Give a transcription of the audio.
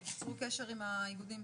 תיצרו קשר עם האיגודים.